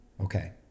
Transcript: okay